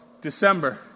December